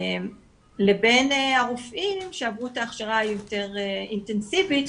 לבין הרופאים שעברו את ההכשרה היותר אינטנסיבית,